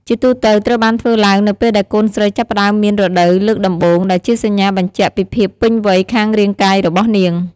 ជាទូទៅត្រូវបានធ្វើឡើងនៅពេលដែលកូនស្រីចាប់ផ្តើមមាន រដូវលើកដំបូង ដែលជាសញ្ញាបញ្ជាក់ពីភាពពេញវ័យខាងរាងកាយរបស់នាង។